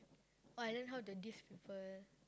oh I learn how to diss people